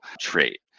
trait